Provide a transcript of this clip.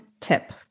tip